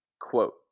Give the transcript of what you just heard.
quote